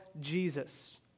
Jesus